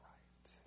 Right